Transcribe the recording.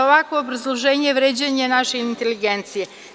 ovakvo obrazloženje je vređanje naše inteligencije.